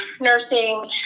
nursing